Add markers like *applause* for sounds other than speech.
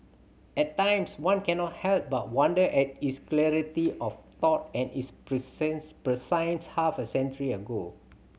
at times one cannot help but wonder at his clarity of thought and his *unintelligible* prescience half a century ago